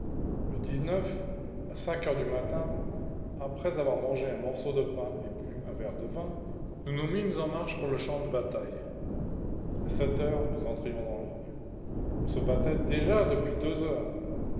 à cinq heures du matin après avoir mangé un morceau de pain et bu un verre de vin nous nous mîmes en marche pour le champ de bataille à heures nous entrions en ligne on se battait déjà depuis deux heures